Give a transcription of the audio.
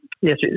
yes